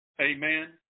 Amen